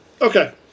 Okay